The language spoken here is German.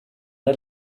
der